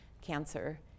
cancer